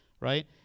Right